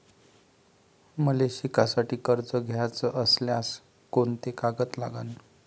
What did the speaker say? मले शिकासाठी कर्ज घ्याचं असल्यास कोंते कागद लागन?